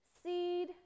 Seed